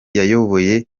yayoboye